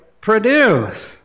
produce